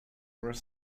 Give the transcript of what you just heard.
were